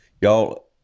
y'all